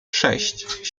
sześć